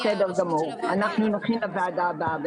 בסדר גמור, נכין לוועדה הבאה.